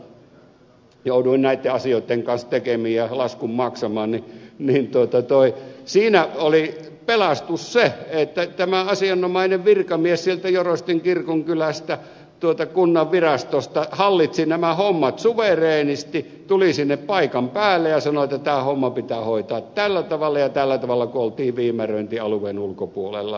tuolla joroisissa jouduin näitten asioitten kanssa tekemisiin ja laskun maksamaan ja siinä oli pelastus se että asianomainen virkamies sieltä joroisten kirkonkylästä kunnanvirastosta hallitsi nämä hommat suvereenisti tuli sinne paikan päälle ja sanoi että tämä homma pitää hoitaa tällä tavalla ja tällä tavalla kun oltiin viemäröintialueen ulkopuolella